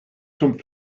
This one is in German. zum